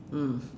mm